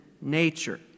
nature